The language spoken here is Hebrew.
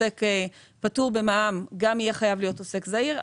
שעוסק פטור במע"מ יהיה חייב להיות גם עוסק זעיר.